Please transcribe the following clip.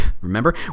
Remember